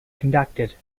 conducted